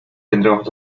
tendremos